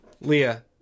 Leah